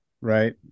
right